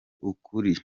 ukuri